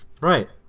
right